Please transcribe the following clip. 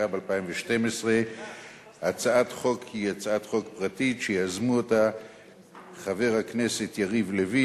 התשע"ב 2012. הצעת החוק היא הצעת חוק פרטית שיזמו חברי הכנסת יריב לוין,